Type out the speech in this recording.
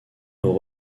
nos